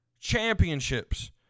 Championships